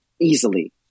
easily